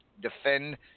defend